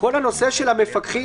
כל הנושא של המפקחים